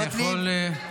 אני יכול?